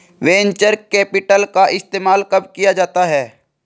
Venture capital का इस्तेमाल कब किया जाता है?